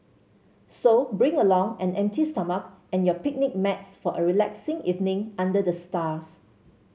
so bring along an empty stomach and your picnic mats for a relaxing evening under the stars